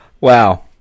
Wow